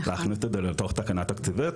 להכניס את זה לתוך תקנה תקציבית.